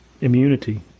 immunity